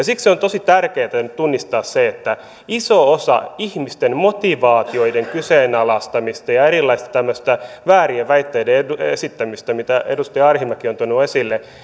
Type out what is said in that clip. siksi on tosi tärkeätä nyt tunnistaa se että iso osa ihmisten motivaatioiden kyseenalaistamisesta ja erilaisten tämmöisten väärien väitteiden esittämisestä mitä edustaja arhinmäki on tuonut esille